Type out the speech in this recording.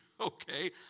okay